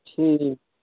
ٹھیٖک